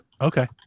Okay